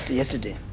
yesterday